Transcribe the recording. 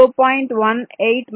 18 micron నుండి 0